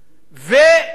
ונאמן,